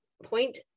point